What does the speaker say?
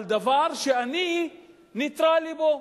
על דבר שאני נייטרלי בו,